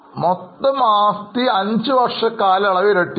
മൊത്തം ആസ്തി അഞ്ചുവർഷ കാലയളവിൽ ഇരട്ടിയായി